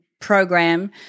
program